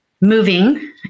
moving